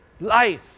life